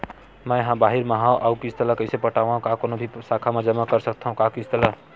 मैं हा बाहिर मा हाव आऊ किस्त ला कइसे पटावव, का कोनो भी शाखा मा जमा कर सकथव का किस्त ला?